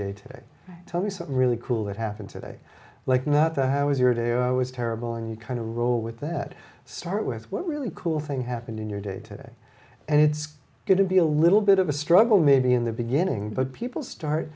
day to day tell me something really cool that happened today like not the how was your day i was terrible and you kind of roll with that start with one really cool thing happened in your day today and it's going to be a little bit of a struggle maybe in the beginning but people start